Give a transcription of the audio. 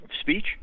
speech